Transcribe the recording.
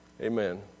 Amen